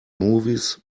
movies